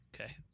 Okay